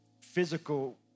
physical